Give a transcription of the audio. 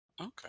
Okay